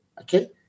Okay